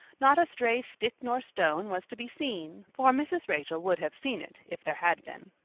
not a stray stick nor stone was to be seen, for mrs. rachel would have seen it if there had been.